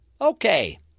Okay